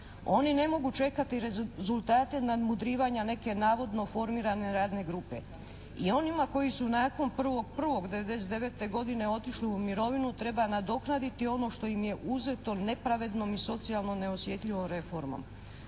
Oni ne mogu čekati rezultate nadmudrivanja neke navodno formirane radne grupe. I onima koji su nakon 1.1.'99. godine otišli u mirovinu treba nadoknaditi ono što im je oduzeto nepravednom i socijalno neosjetljivom reformom.